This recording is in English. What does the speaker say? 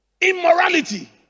immorality